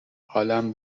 حالم